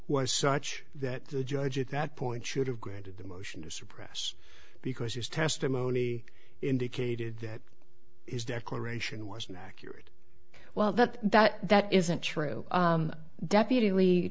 was such that the judge at that point should have granted the motion to suppress because his testimony indicated that his declaration was not accurate well that that that isn't true deput